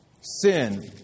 sin